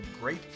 great